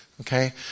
Okay